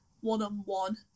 one-on-one